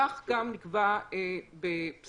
וכך הצורך בנוהל